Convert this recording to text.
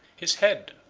his head,